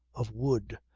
of wood,